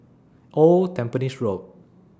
Old Tampines Road